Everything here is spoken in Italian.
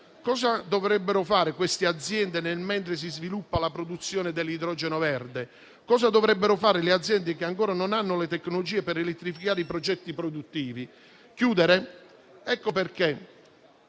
Cosa dovrebbero fare queste aziende mentre si sviluppa la produzione dell'idrogeno verde? Cosa dovrebbero fare le aziende che ancora non hanno le tecnologie per elettrificare i processi produttivi? Chiudere? Ecco perché